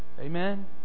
Amen